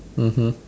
mmhmm